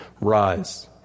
Rise